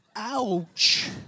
Ouch